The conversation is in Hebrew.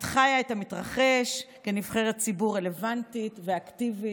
את חיה את המתרחש כנבחרת ציבור רלוונטית ואקטיבית,